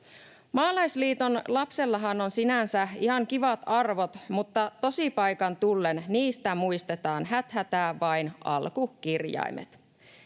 Maalaisliiton lapsellahan on sinänsä ihan kivat arvot, mutta tosipaikan tullen niistä muistetaan häthätää vain alkukirjaimet.